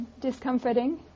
discomforting